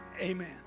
Amen